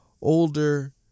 Older